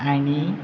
आनी